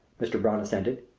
mr. brown assented.